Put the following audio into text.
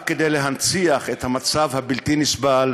רק כדי להנציח את המצב הבלתי-נסבל